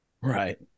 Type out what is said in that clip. Right